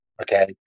Okay